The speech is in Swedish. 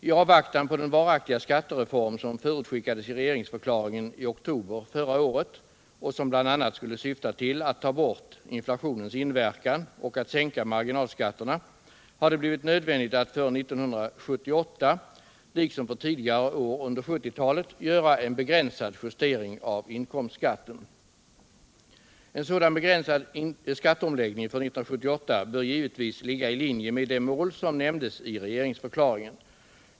I avvaktan på den varaktiga skattereform som förutskickades i regeringsförklaringen i oktober förra året och som bl.a. skulle syfta till att ta bort inflationens inverkan och att sänka marginalskatterna har det blivit nödvändigt att för 1978 — liksom för tidigare år under 1970-talet —- göra en begränsad justering av inkomstskatten. En sådan begränsad skatteomläggning för 1978 bör givetvis ligga i linje med de mål som nämndes i regeringsförklaringen.